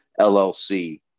LLC